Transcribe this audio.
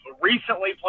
recently